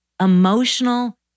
emotional